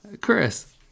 Chris